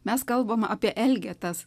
mes kalbam apie elgetas